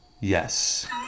Yes